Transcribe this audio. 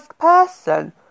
person